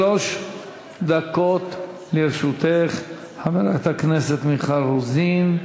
שלוש דקות לרשותך, חברת הכנסת מיכל רוזין.